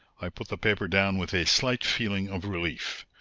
i put the paper down with a slight feeling of relief.